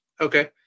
Okay